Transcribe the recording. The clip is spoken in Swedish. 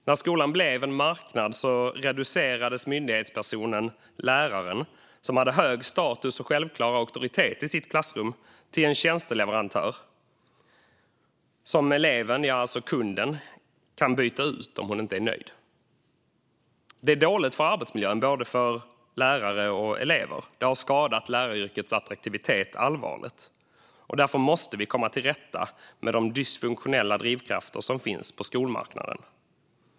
När skolan blev en marknad reducerades myndighetspersonen läraren, som hade hög status och en självklar auktoritet i sitt klassrum, till en tjänsteleverantör som eleven - alltså kunden - kan byta ut om hon inte är nöjd. Det är dåligt för arbetsmiljön för både lärare och elever. Det har skadat läraryrkets attraktivitet allvarligt. Därför måste vi komma till rätta med de dysfunktionella drivkrafter som finns på skolmarknaden.